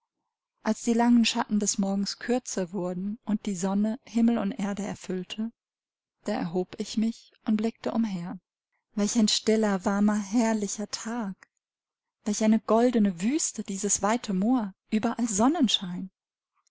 als die langen schatten des morgens kürzer wurden und die sonne himmel und erde erfüllte da erhob ich mich und blickte umher welch ein stiller warmer herrlicher tag welch eine goldene wüste dieses weite moor überall